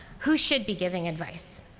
who should be giving advice.